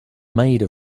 made